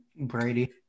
Brady